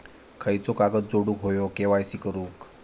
खयचो कागद जोडुक होयो के.वाय.सी करूक?